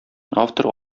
автор